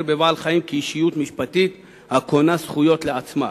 בבעל-חיים כאישיות משפטית הקונה זכויות לעצמה,